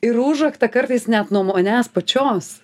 ir užraktą kartais net nuo manęs pačios